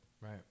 Right